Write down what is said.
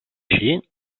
així